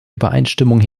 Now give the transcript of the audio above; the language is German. übereinstimmung